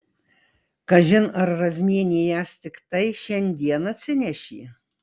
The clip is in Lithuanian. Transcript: kažin ar razmienė jas tiktai šiandien atsinešė